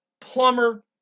plumber